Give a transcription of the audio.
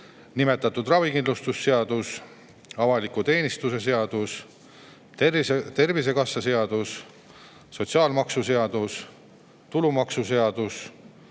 ravikindlustuse seadus, avaliku teenistuse seadus, Tervisekassa seadus, sotsiaalmaksuseadus, tulumaksuseadus,